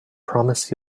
promise